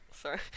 Sorry